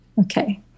Okay